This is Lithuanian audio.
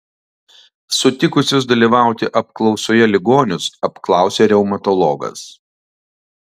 sutikusius dalyvauti apklausoje ligonius apklausė reumatologas